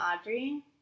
Audrey